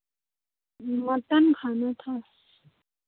mutton खाना था